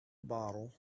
bottle